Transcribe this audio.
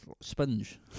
sponge